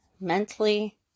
Mentally